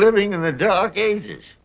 living in the dark ages